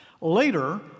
Later